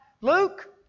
Luke